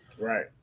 Right